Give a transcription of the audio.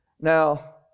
now